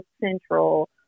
Central